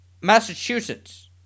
Massachusetts